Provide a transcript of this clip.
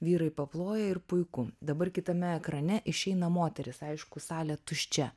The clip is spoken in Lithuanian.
vyrai paploja ir puiku dabar kitame ekrane išeina moteris aišku salė tuščia